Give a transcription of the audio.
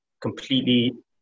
completely